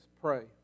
pray